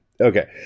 Okay